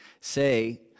say